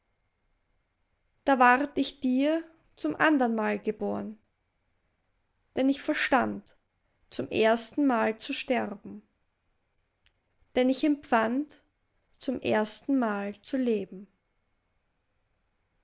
da ward ich dir zum andernmal geboren denn ich verstand zum erstenmal zu sterben denn ich empfand zum erstenmal zu leben